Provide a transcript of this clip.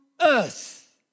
earth